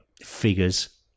figures